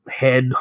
head